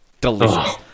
delicious